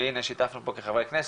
והנה שיתפנו פה חברי הכנסת,